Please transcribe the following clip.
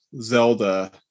Zelda